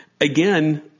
again